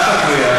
אל תפריע.